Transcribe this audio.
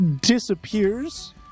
disappears